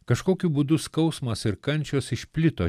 kažkokiu būdu skausmas ir kančios išplito